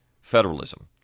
federalism